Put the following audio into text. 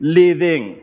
living